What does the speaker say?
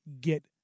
get